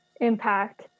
impact